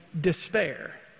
despair